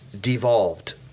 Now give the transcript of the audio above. devolved